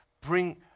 bring